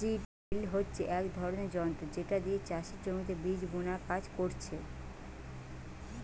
seed drill হচ্ছে এক ধরণের যন্ত্র যেটা দিয়ে চাষের জমিতে বীজ বুনার কাজ করছে